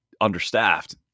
understaffed